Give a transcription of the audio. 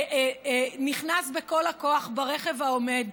נכנס בכל הכוח ברכב העומד,